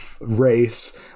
race